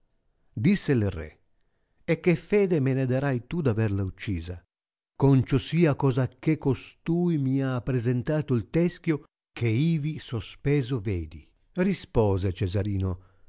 disse il re e che fede me ne darai tu d averla uccisa conciosiacosache costui mi ha appresentato il teschio che ivi sospeso vedi rispose cesarino